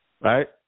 Right